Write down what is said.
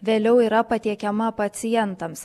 vėliau yra patiekiama pacientams